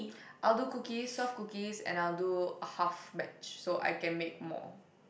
I'll do cookies soft cookies and I'll do half batch so I can make more